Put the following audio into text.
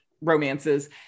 romances